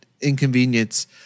inconvenience